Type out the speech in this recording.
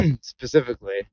specifically